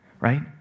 Right